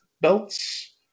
Belts